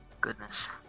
goodness